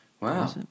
Wow